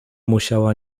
musiała